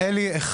הראה לי אחד.